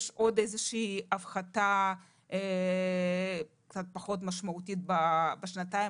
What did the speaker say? יש עוד איזושהי הפחתה קצת פחות משמעותית בשנתיים